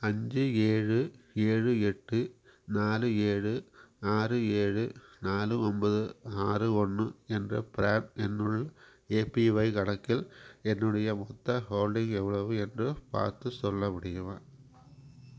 அஞ்சு ஏழு ஏழு எட்டு நாலு ஏழு ஆறு ஏழு நாலு ஒன்பது ஆறு ஒன்று என்ற ப்ரான் எண்ணுள்ள ஏபிஒய் கணக்கில் என்னுடைய மொத்த ஹோல்டிங் எவ்வளவு என்று பார்த்து சொல்ல முடியுமா